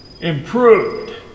Improved